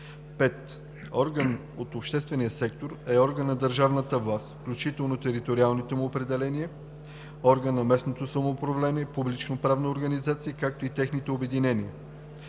5. „Орган от обществения сектор“ е орган на държавна власт, включително териториалните му поделения, орган на местното самоуправление, публично-правна организация, както и техни обединения.